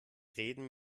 reden